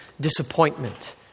disappointment